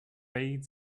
bade